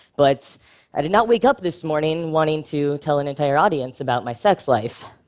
but i did not wake up this morning wanting to tell an entire audience about my sex life.